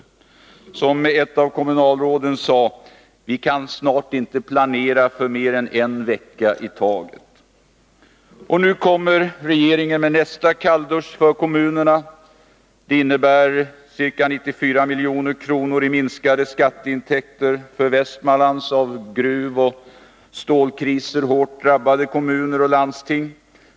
Som ett av kommunalråden sade: Vi kan snart inte planera för mer än en vecka i taget. Och nu kommer regeringen med nästa kalldusch för kommunerna, som innebär ca 94 milj.kr. i minskade skatteintäkter för Västmanlands av gruvoch stålkriser hårt drabbade kommuner och landsting.